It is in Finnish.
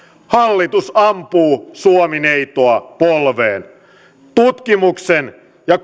hallitus ampuu suomi neitoa polveen tutkimukseen ja